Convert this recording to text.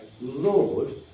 Lord